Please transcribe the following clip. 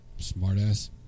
Smartass